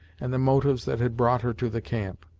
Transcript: and the motives that had brought her to the camp.